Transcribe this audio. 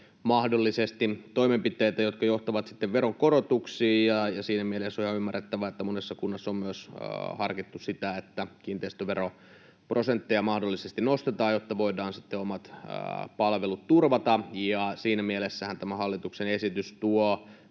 mahdollisesti toimenpiteitä, jotka johtavat sitten veronkorotuksiin, ja siinä mielessä on ihan ymmärrettävää, että monessa kunnassa on harkittu sitä, että kiinteistöveroprosentteja mahdollisesti nostetaan, jotta voidaan sitten omat palvelut turvata. Siinä mielessähän tämä hallituksen esitys tuo